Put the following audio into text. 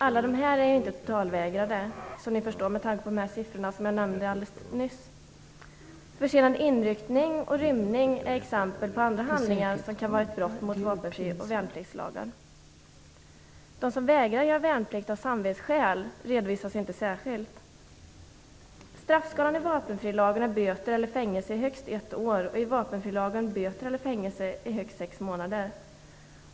Alla är dock inte totalvägrare, som ni förstår med tanke på de siffror som jag nämnde alldeles nyss. Försenad inryckning och rymning är exempel på andra handlingar som kan vara brott mot vapenfri och värnpliktslagen. De som vägrar göra värnplikt av samvetsskäl redovisas inte särskilt. Straffskalen i vapenfrilagen är böter eller fängelse i högst ett år och i vapenfrilagen böter eller fängelse i högst sex månader.